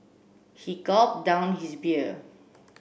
he gulped down his beer